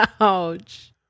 ouch